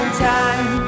time